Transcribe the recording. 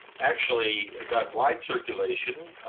actually got wide circulation.